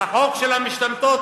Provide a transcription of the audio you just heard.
החוק של המשתמטות.